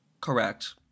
Correct